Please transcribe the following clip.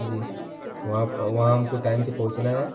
जी वहाँ पर वहाँ हमको टाइम से पहुँचना है